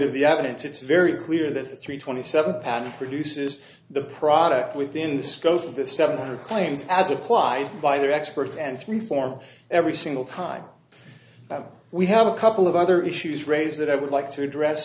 of the evidence it's very clear that the three twenty seven patent produces the product within the scope of the seven hundred claims as applied by the experts and freeform every single time we have a couple of other issues raised that i would like to address